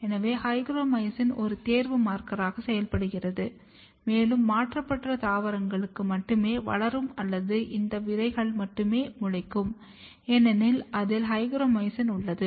எனவே ஹைக்ரோமைசின் ஒரு தேர்வு மார்க்கராக செயல்படுகிறது மேலும் மாற்றப்பட்ட தாவரங்கள் மட்டுமே வளரும் அல்லது அந்த விதைகள் மட்டுமே முளைக்கும் ஏன்னெனில் அதில் ஹைக்ரோமைசின் உள்ளது